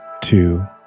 two